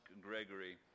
Gregory